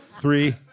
Three